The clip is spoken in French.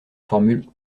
formule